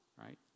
right